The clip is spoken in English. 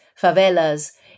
favelas